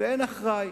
ואין אחראי.